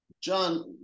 John